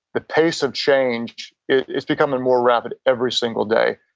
the pace of change is becoming more rapid every single day.